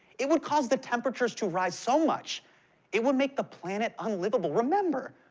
it would cause the temperatures to rise so much it would make the planet unlivable. remember,